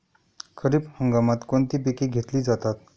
खरीप हंगामात कोणती पिके घेतली जातात?